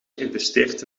geïnvesteerd